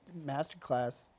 Masterclass